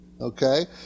Okay